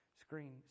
Screen